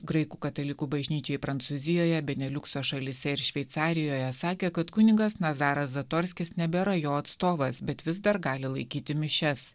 graikų katalikų bažnyčiai prancūzijoje beneliukso šalyse ir šveicarijoje sakė kad kunigas nazaras zatorskis nebėra jo atstovas bet vis dar gali laikyti mišias